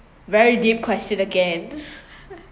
very deep question again